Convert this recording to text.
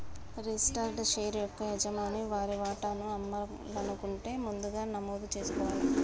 registered share యొక్క యజమాని వారి వాటాను అమ్మాలనుకుంటే ముందుగా నమోదు జేసుకోవాలే